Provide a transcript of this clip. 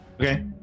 Okay